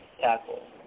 tackle